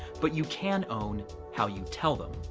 but you can own how you tell them.